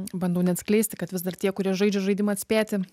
bandau neatskleisti kad vis dar tie kurie žaidžia žaidimą atspėti